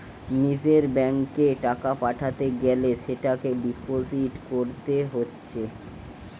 নিজের ব্যাংকে টাকা পাঠাতে গ্যালে সেটা ডিপোজিট কোরতে হচ্ছে